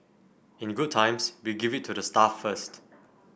in good times we give it to the staff first